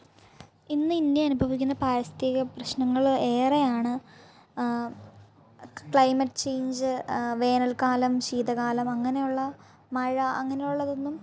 ഇന്ന് ഇന്ത്യ അനുഭവിക്കുന്ന പാരിസ്ഥിത പ്രശ്നങ്ങൾ ഏറെയാണ് ക്ളൈമറ്റ് ചെയ്ഞ്ച് വേനൽക്കാലം ശീതകാലം അങ്ങനെ ഉള്ള മഴ അങ്ങനെ ഉള്ളതൊന്നും